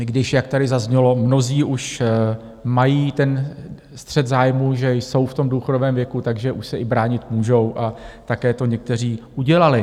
I když jak tady zaznělo, mnozí už mají ten střet zájmů, že jsou v tom důchodovém věku, takže už se i bránit můžou a také to někteří udělali.